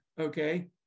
Okay